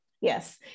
Yes